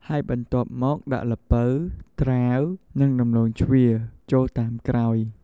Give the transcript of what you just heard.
ហើយបន្ទាប់មកដាក់ល្ពៅ ត្រាវ និងដំឡូងជ្វាចូលតាមក្រោយ។